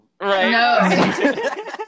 right